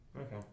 Okay